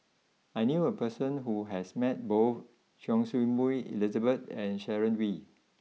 I knew a person who has met both Choy Su Moi Elizabeth and Sharon Wee